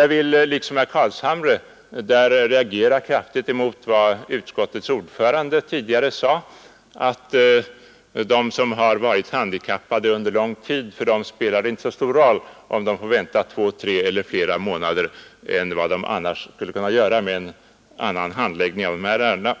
Jag vill slutligen liksom herr Carlshamre reagera kraftigt emot vad utskottets ordförande tidigare sade, nämligen att för dem som har varit handikappade under lång tid spelar det inte så stor roll om de får vänta två tre eller flera månader längre än vad de skulle behöva göra med en annan handläggning av ärendena.